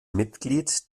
mitglied